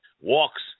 walks